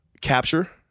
capture